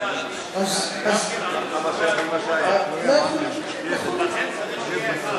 על סדרי הדיון, לכן צריך שיהיה אחד,